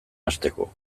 hasteko